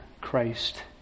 Christ